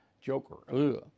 Joker